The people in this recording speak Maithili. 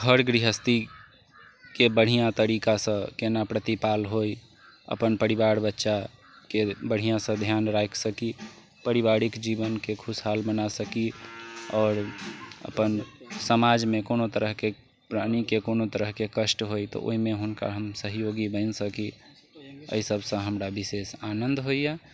घर गृहस्थीके बढ़िआँ तरीकासँ केना प्रतिपाल होइ अपना परिवार बच्चाके बढ़िआँसँ ध्यान राखि सकी पारिवारिक जीवनके खुशहाल बना सकी आओर अपन समाजमे कोनो तरहके प्राणीके कोनो तरहके कष्ट होइ तऽ ओइमे हुनका हम सहयोगी बनि सकी अइ सभसँ हमरा विशेष आनन्द होइए